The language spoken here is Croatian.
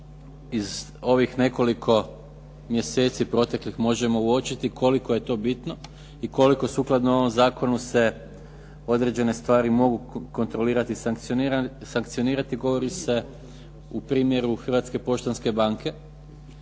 iz ovih nekoliko mjeseci proteklih možemo uočiti koliko je to bitno i koliko sukladno ovom Zakonu se određene stvari mogu kontrolirati i sankcionirati govori se u primjeru Hrvatske poštanske banke